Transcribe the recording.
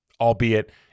albeit